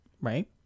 right